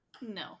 No